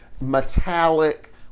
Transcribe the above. metallic